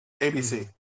ABC